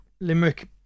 Limerick